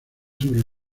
sobre